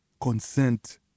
consent